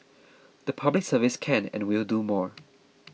the Public Service can and will do more